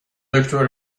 دکتر